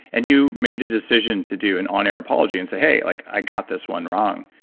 and you made a decision to do an on-air apology, and say, hey, like i got this one wrong.